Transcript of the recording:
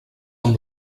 amb